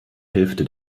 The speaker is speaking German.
hälfte